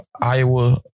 Iowa